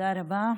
תודה רבה,